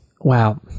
wow